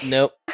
Nope